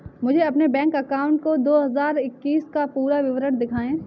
मुझे अपने bank account का दो हज़ार इक्कीस का पूरा विवरण दिखाएँ?